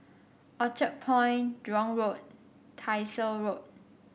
Orchard Point Jurong Road Tyersall Road